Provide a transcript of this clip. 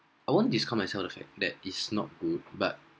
I won't this call myself the fact that is not good but